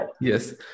yes